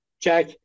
jack